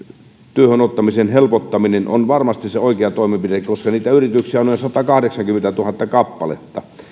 työhön ottamisen helpottaminen on varmasti oikea toimenpide koska niitä yrityksiä on satakahdeksankymmentätuhatta kappaletta kun